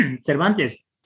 Cervantes